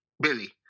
Billy